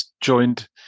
joined